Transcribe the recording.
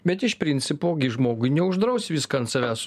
bet iš principo žmogui neuždrausi viską ant savęs